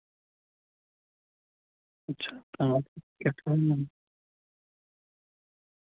अच्छा हां